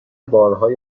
بارهای